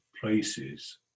places